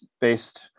based